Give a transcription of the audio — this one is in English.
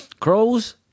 Crows